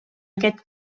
aquest